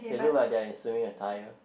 they look like they are in swimming attire